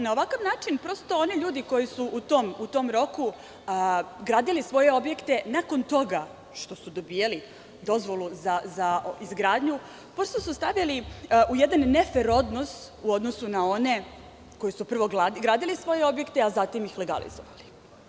Na ovakav način prosto oni ljudi koji su u tom roku gradili svoje objekte nakon toga što su dobijali dozvolu za izgradnju, prosto su stavljani u jedan ne fer odnos u odnosu na one koji su prvo gradili svoje objekte, a zatim ih legalizovali.